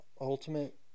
Ultimate